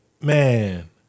man